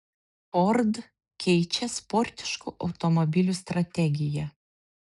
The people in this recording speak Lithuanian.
ford keičia sportiškų automobilių strategiją